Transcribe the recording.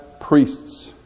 priests